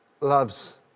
loves